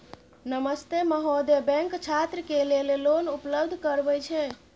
नमस्ते महोदय, बैंक छात्र के लेल लोन उपलब्ध करबे छै?